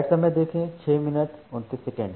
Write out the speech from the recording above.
OK ठीक